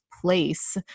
place